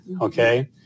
okay